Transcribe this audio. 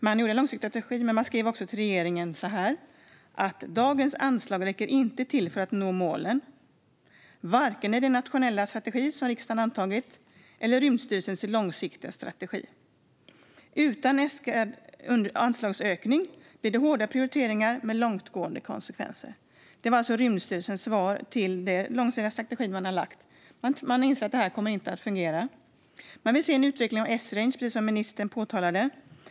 Förutom att göra strategin har man också skrivit till regeringen på följande sätt: "Dagens anslag räcker inte till för att nå målen varken i den nationella strategi som riksdagen antagit eller Rymdstyrelsens långsiktiga strategi - Utan äskad anslagsökning blir det hårda prioriteringar med . långtgående konsekvenser." Det var alltså Rymdstyrelsens svar till den långsiktiga strategi som lagts fram. Man inser att det här inte kommer att fungera. Man vill se en utveckling av Esrange, precis som ministern framhöll.